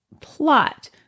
plot